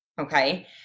Okay